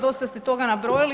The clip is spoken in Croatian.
Dosta ste toga nabrojali.